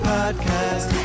Podcast